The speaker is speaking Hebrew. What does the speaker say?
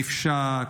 נפשעת,